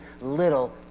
little